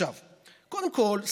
קודם כול,